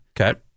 Okay